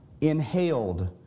inhaled